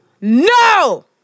No